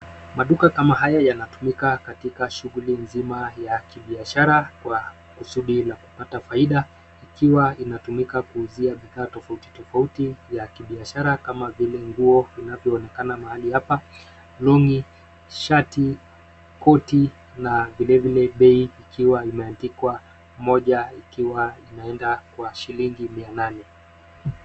Maduka kama haya yanatumika katika shughuli nzima ya kibiashara kwa kusudi la kupata faida ikiwa inatumika kuuzia bidhaa tofauti tofauti vya kibiashara kama vile nguo vinavyoonekana mahali hapa, longi, shati, koti na vilevile bei ikiwa imeandikwa, moja ikiwa inaenda kwa shilingi mia nane.